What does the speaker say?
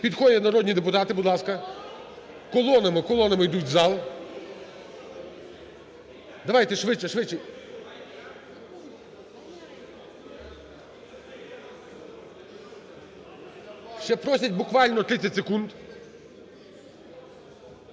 Підходять народні депутати, будь ласка, колонами, колонами йдуть у зал. Давайте швидше, швидше. Ще просять буквально 30 секунд.